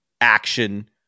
action